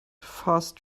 fast